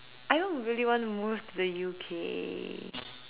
I don't really want to move to the U_K